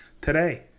today